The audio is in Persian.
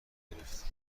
گرفت